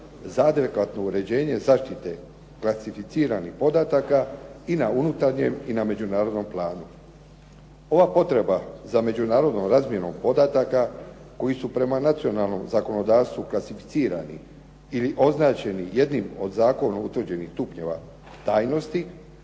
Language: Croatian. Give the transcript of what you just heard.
za adekvatno uređenje zaštite klasificiranih podataka i na unutarnjem i na međunarodnom planu. Ova potreba za međunarodnom razmjenom podataka koji su prema nacionalnom zakonodavstvu klasificirani ili označeni jednim od zakonom utvrđenih stupnjeva tajnosti